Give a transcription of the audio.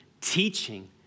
teaching